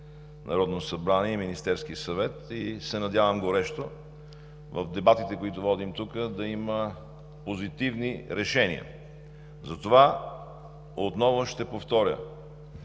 Народно събрание и Министерския съвет и горещо се надявам в дебатите, които водим тук, да има позитивни решения. Затова отново ще повторя: